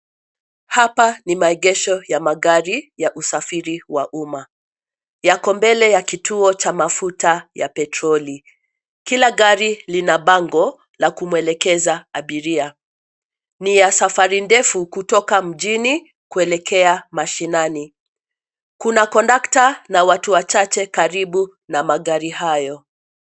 Hapa ni maegesho ya magari ya usafiri wa umma. Yako mbele ya kituo cha mafuta ya petroli. Kila gari lina bango la kumuelekeza abiria. Ni ya safari ndefu kutoka mjini, kuelekea mashinani. Kuna kondakta na watu wachache karibu na magari hayo.